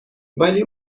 ولی